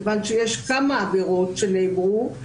כיוון שיש כמה עבירות שנעברו,